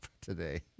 today